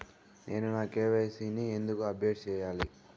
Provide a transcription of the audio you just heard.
నేను నా కె.వై.సి ని ఎందుకు అప్డేట్ చెయ్యాలి?